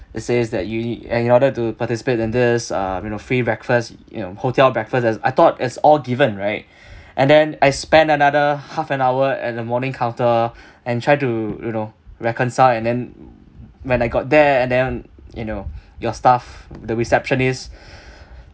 it says that you you and in order to participate in this uh you know free breakfast you know hotel breakfast as I thought it's all given right and then I spend another half an hour at the morning counter and try to you know reconcile and then when I got there and then you know your staff the receptionist